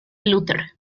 luther